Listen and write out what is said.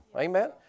Amen